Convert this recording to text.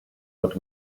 but